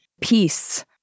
peace